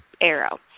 Arrow